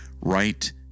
right